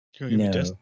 no